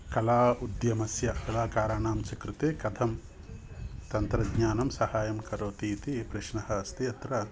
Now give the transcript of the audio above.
कला उद्यमस्य कलाकाराणाञ्च कृते कथं तन्त्रज्ञानं सहायं करोति इति प्रश्नः अस्ति अत्र